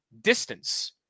distance